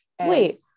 Wait